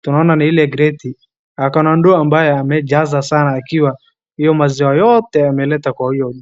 tunaona ni ile gradi. Ako na ndoo ambaye amejaza sana akiwa hio maziwa yoote ameleta kwa huyo...